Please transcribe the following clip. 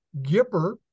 Gipper